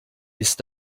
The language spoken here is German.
ist